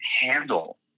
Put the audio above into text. handle